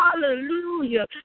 hallelujah